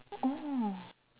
oh